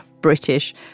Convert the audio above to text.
British